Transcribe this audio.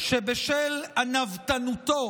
שבשל ענוותנותו,